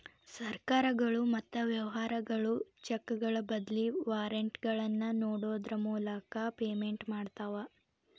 ಸರ್ಕಾರಗಳು ಮತ್ತ ವ್ಯವಹಾರಗಳು ಚೆಕ್ಗಳ ಬದ್ಲಿ ವಾರೆಂಟ್ಗಳನ್ನ ನೇಡೋದ್ರ ಮೂಲಕ ಪೇಮೆಂಟ್ ಮಾಡ್ತವಾ